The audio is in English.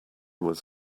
was